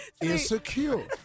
Insecure